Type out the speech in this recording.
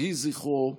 יהי זכרו ברוך.